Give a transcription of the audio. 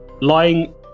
lying